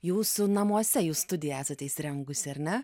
jūsų namuose jūs studiją esate įsirengusi ar ne